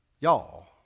y'all